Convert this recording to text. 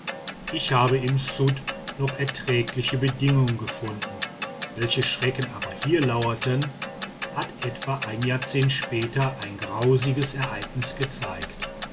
ich habe im ssudd noch erträgliche bedingungen gefunden welche schrecken aber hier lauerten hat etwa ein jahrzehnt später ein grausiges ereignis gezeigt